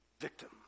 victim